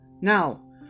Now